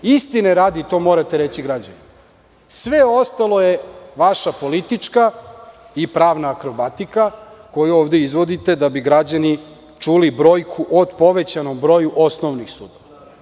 Istine radi, to morate reći građanima, sve ostalo je vaša politička i pravna akrobatika koju ovde izvodite da bi građani čuli brojku o povećanom broju osnovnih sudova.